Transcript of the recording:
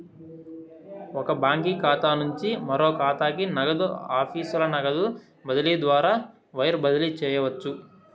ఒక బాంకీ ఖాతా నుంచి మరో కాతాకి, నగదు ఆఫీసుల నగదు బదిలీ ద్వారా వైర్ బదిలీ చేయవచ్చు